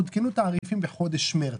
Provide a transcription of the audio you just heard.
עודכנו תעריפים בחודש מרץ.